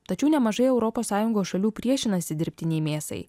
tačiau nemažai europos sąjungos šalių priešinasi dirbtinei mėsai